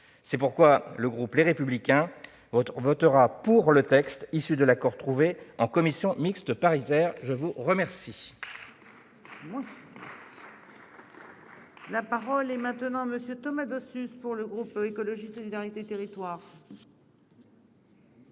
C'est pourquoi le groupe Les Républicains votera pour le texte issu de l'accord trouvé en commission mixte paritaire. La parole est à M. Thomas Dossus, pour le groupe Écologiste - Solidarité et Territoires.